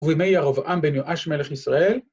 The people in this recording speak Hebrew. ובימי הרובעם בן יואש מלך ישראל.